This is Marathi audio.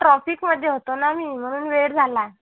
ट्रॉफिकमध्ये होतो ना मी म्हणून वेळ झाला